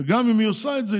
וגם אם היא עושה את זה,